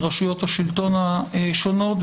מרשויות השלטון השונות,